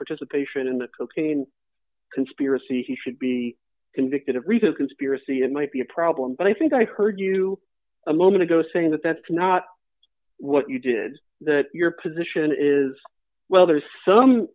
participation in the cocaine conspiracy he should be convicted of rico conspiracy it might be a problem but i think i heard you a moment ago saying that that's not what you did that your position is well there's some